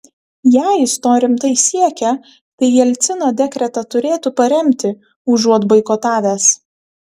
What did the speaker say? jei jis to rimtai siekia tai jelcino dekretą turėtų paremti užuot boikotavęs